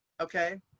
Okay